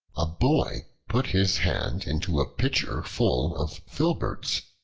a boy put his hand into a pitcher full of filberts.